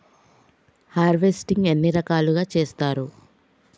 Harvesting ఎన్ని రకాలుగా చేస్తరు?